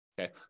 Okay